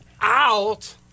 out